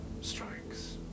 strikes